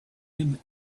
him